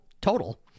total